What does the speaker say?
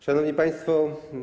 Szanowni Państwo!